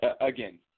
again